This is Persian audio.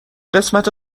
قسمت